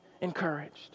encouraged